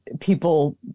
People